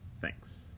Thanks